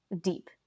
deep